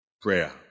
Prayer